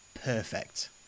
Perfect